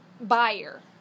buyer